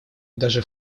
даже